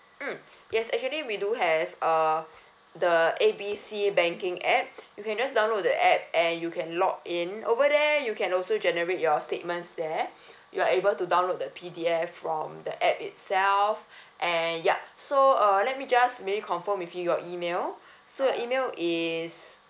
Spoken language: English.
mm yes actually we do have uh the A B C banking app you can just download the app and you can log in over there you can also generate your statements there you're able to download the P_D_F from the app itself and ya so uh let me just maybe confirm with you your email so your email is